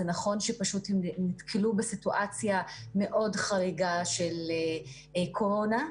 זה נכון שהם נתקלו בסיטואציה מאוד חריגה של קורונה,